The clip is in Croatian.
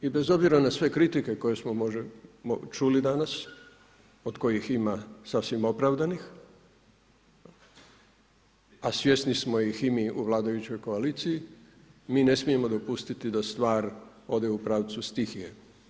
I bez obzira na sve kritike koje smo čuli danas, od kojih ima sasvim opravdanih a svjesni smo ih i mi u vladajućoj koaliciji, mi ne smijemo dopustiti da stvar ode u pravcu stihije.